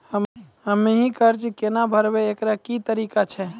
हम्मय कर्जा केना भरबै, एकरऽ की तरीका छै?